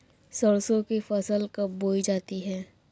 सरसों की फसल कब बोई जाती है?